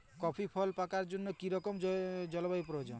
Coffee ফল পাকার জন্য কী রকম জলবায়ু প্রয়োজন?